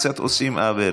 קצת עושים עוול.